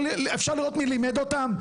אפשר לראות מי לימד אותם?